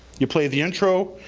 you play the intro,